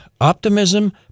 Optimism